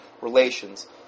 relations